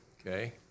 okay